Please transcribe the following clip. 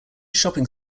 shopping